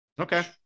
Okay